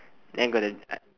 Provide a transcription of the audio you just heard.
then got the